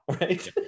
right